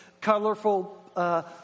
colorful